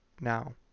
now